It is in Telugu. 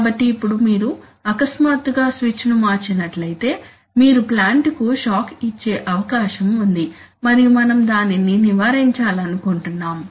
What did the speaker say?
కాబట్టి ఇప్పుడు మీరు అకస్మాత్తుగా స్విచ్ను మార్చినట్లయితే మీరు ప్లాంట్ కు షాక్ ఇచ్చే అవకాశం ఉంది మరియు మనం దానిని నివారించాలనుకుంటున్నాము